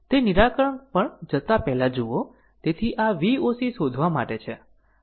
તે નિરાકરણ પર જતા પહેલા જુઓ તેથી આ Voc શોધવા માટે છે